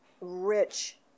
rich